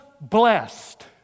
blessed